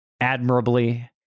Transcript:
admirably